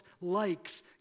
likes